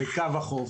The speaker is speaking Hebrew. בקו החוף,